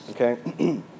Okay